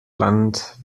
land